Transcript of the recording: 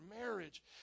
marriage